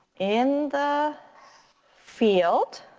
in the field